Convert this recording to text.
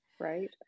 Right